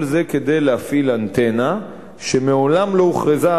כל זה כדי להפעיל אנטנה שמעולם לא הוכרזה,